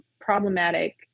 problematic